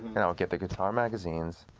and i would get the guitar magazines,